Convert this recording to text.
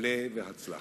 עלה והצלח.